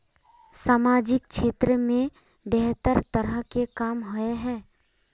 सामाजिक क्षेत्र में बेहतर तरह के काम होय है?